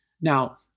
Now